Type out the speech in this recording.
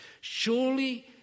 surely